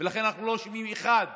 ולכן אנחנו לא שומעים אחד שמדבר.